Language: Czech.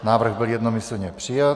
Návrh byl jednomyslně přijat.